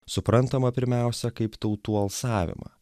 suprantamą pirmiausia kaip tautų alsavimą